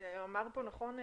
רועי אמר פה נכון.